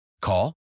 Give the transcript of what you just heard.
Call